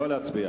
לא להצביע.